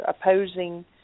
opposing